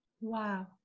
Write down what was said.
Wow